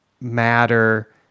matter